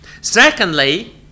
Secondly